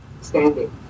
standing